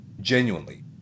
Genuinely